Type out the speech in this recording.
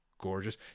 gorgeous